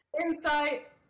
Insight